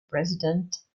presidents